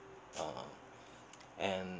uh and